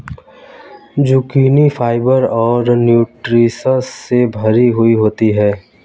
zucchini fibre और nutritions से भरी हुई होती है